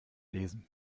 lesen